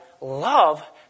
love